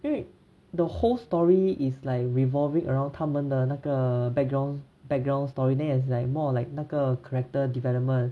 因为 the whole story is like revolving around 他们的那个 background background story then is like more of like 那个 character development